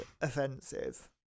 offensive